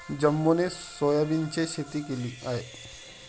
जंबोने सोयाबीनची शेती केली आहे